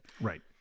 Right